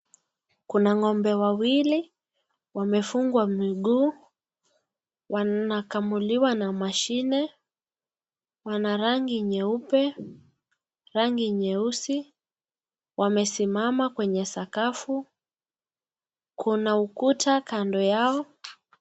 Kuna ng'ombe wawili wamefungwa miguu wanakamuliwa na mashine, wana rangi nyeupe, rangi nyeusi. Wamesimama kwenye sakafu, kuna ukuta kando yao.